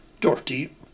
dirty